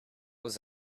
was